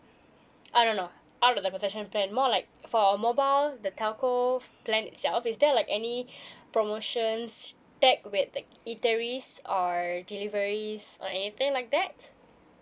uh no no out of the possession plan more like for a mobile the telco plan itself is there like any promotions back with the eateries or deliveries or anything like that